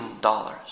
dollars